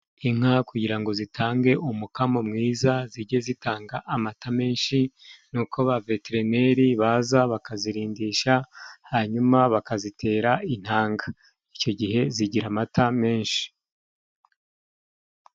Inka kugira ngo zitange umukamo mwiza zijye zitanga amata menshi, nuko ba veterineri baza bakazirindisha hanyuma bakazitera intanga, icyo gihe zigira amata menshi.